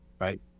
Right